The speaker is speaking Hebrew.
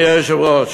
אדוני היושב-ראש,